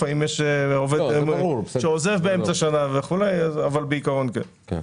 לפעמים יש עובד שעוזב באמצע שנה אבל בעיקרון כן.